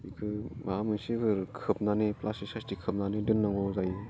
बेखौ माबा मोनसे खोबनानै प्लास्टिक स्लास्टिक खोबनानै दोननांगौ जायो